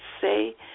say